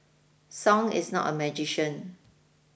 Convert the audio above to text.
song is not a magician